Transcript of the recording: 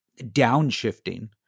downshifting